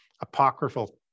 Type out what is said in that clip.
apocryphal